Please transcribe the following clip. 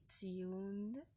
tuned